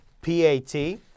P-A-T